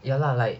ya lah like